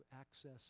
access